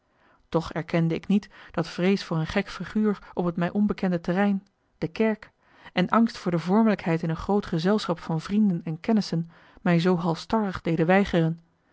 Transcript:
toch erkende ik niet dat vrees voor een gek figuur op het mij onbekende terrein de kerk en angst voor de vormelijkheid in een groot gezelschap van vrienden en kennissen mij zoo halstarrig deden weigeren